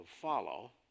follow